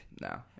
No